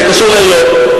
זה קשור לעיריות,